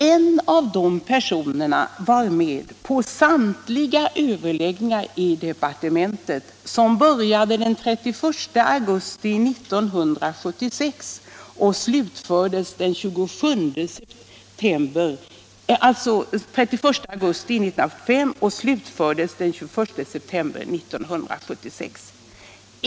En av de personerna var med på samtliga överläggningar i departementet som började den 31 augusti 1976 och slutfördes den 21 sep tember 1976.